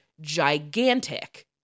gigantic